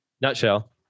Nutshell